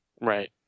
Right